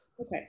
Okay